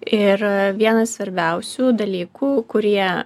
ir vienas svarbiausių dalykų kurie